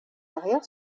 arrière